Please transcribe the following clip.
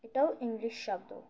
এটাও ইংলিশ শব্দ